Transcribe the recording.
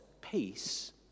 Peace